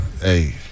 Hey